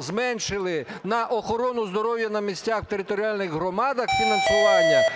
зменшили на охорону здоров'я на місцях в територіальних громадах фінансування